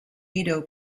edo